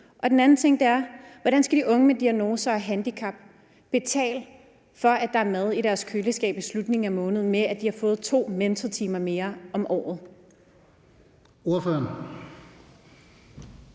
Den anden ting er: Hvordan skal de unge med diagnoser og handicap betale for, at der er mad i deres køleskab i slutningen af måneden, med, at de har fået 2 mentortimer mere om året? Kl.